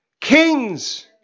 kings